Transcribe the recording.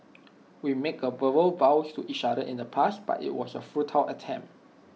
we made A verbal vows to each other in the past but IT was A futile attempt